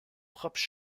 propre